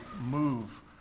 move